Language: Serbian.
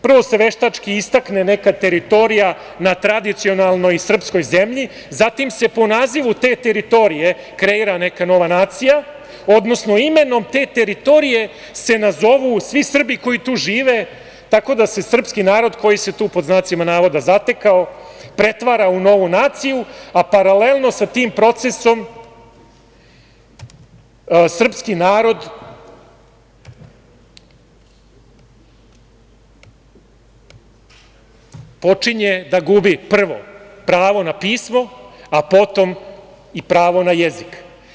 Prvo se veštački istakne neka teritorija na tradicionalnoj srpskoj zemlji, zatim se po nazivu te teritorije kreira neka nova nacija, odnosno imenom te teritorije se nazovu svi Srbi koji tu žive, tako da se srpski narod koji se tu, pod znacima navoda, zatekao, pretvara u novu naciju, a paralelno sa tim procesom srpski narod počinje da gubi, prvo, pravo na pismo, a potom i pravo na jezik.